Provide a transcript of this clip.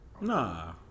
Nah